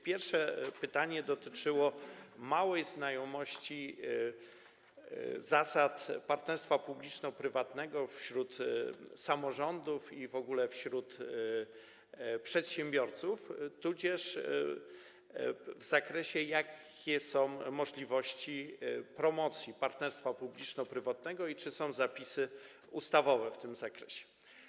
Pierwsze pytanie dotyczyło małej znajomości zasad partnerstwa publiczno-prywatnego wśród samorządów i w ogóle wśród przedsiębiorców tudzież tego, jakie są możliwości promocji partnerstwa publiczno-prywatnego i czy są zapisy ustawowe w tym zakresie.